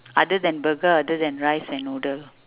other than burger other than rice and noodle